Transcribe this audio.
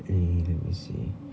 eh never say